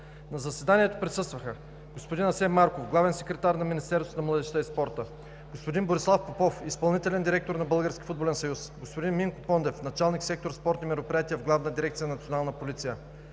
На заседанието присъстваха: господин Асен Марков – главен секретар на Министерството на младежта и спорта, господин Борислав Попов – изпълнителен директор на Българския футболен съюз, господин Минко Пондев – началник на сектор „Спортни мероприятия“ в Главна дирекция „Национална полиция“,